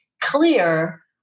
clear